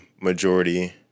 majority